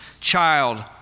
child